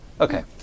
Okay